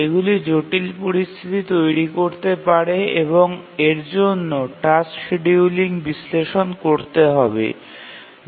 এগুলি জটিল পরিস্থিতি তৈরি করতে পারে এবং এর জন্য টাস্ক শিডিয়ুলিং বিশ্লেষণ করতে হবে